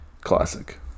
Classic